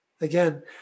Again